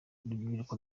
urubyiruko